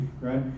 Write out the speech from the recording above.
Right